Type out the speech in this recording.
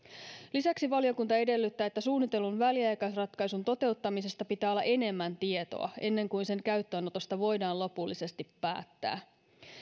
lisäksi valiokunta edellyttää että suunnitellun väliaikaisratkaisun toteuttamisesta pitää olla enemmän tietoa ennen kuin sen käyttöönotosta voidaan lopullisesti päättää